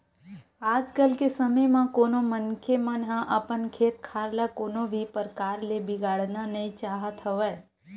आज के समे म कोनो मनखे मन ह अपन खेत खार ल कोनो भी परकार ले बिगाड़ना नइ चाहत हवय